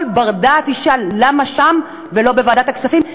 כל בר-דעת ישאל: למה שם ולא בוועדת הכספים?